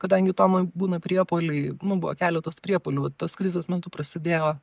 kadangi tomui būna priepuoliai nu buvo keletas priepuolių tos krizės metu prasidėjo